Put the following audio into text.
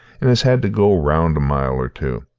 and has had to go round a mile or two.